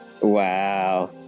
Wow